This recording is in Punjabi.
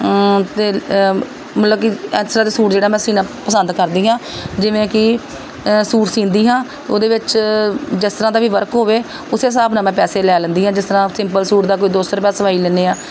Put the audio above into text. ਅਤੇ ਮਤਲਬ ਕਿ ਇਸ ਤਰ੍ਹਾਂ ਦੇ ਸੂਟ ਜਿਹੜਾ ਮੈਂ ਸੀਣਾ ਪਸੰਦ ਕਰਦੀ ਹਾਂ ਜਿਵੇਂ ਕਿ ਸੂਟ ਸੀਂਦੀ ਹਾਂ ਉਹਦੇ ਵਿੱਚ ਜਿਸ ਤਰ੍ਹਾਂ ਦਾ ਵੀ ਵਰਕ ਹੋਵੇ ਉਸੇ ਹਿਸਾਬ ਨਾਲ ਮੈਂ ਪੈਸੇ ਲੈ ਲੈਂਦੀ ਹਾਂ ਜਿਸ ਤਰ੍ਹਾਂ ਸਿੰਪਲ ਸੂਟ ਦਾ ਕੋਈ ਦੋ ਸੌ ਰੁਪਈਆ ਸਵਾਈ ਲੈਂਦੇ ਆ